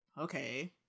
okay